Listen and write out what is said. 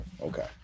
Okay